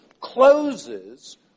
closes